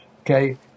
Okay